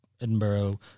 Edinburgh